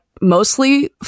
mostly